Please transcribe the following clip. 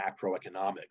macroeconomics